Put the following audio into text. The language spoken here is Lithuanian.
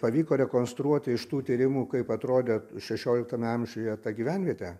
pavyko rekonstruoti iš tų tyrimų kaip atrodė šešioliktame amžiuje ta gyvenvietė